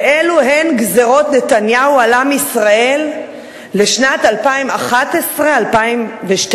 ואלה הן גזירות נתניהו על עם ישראל ל-2011 2012,